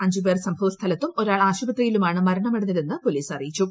അഞ്ചുപേർ സംഭവ സ്ഥലത്തും ഒരാൾ ആശുപത്രിയിലുമാണ് മരണമടഞ്ഞതെന്ന് പൊലീസ് അറിയിച്ചു